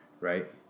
right